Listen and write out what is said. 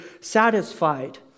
satisfied